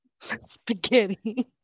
Spaghetti